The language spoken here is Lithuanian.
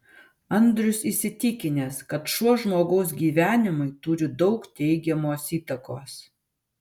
andrius įsitikinęs kad šuo žmogaus gyvenimui turi daug teigiamos įtakos